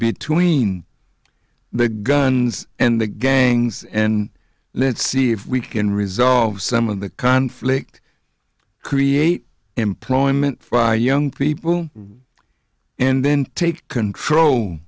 between the guns and the gangs and let's see if we can resolve some of the conflict create employment fire young people and then take control